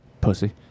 Pussy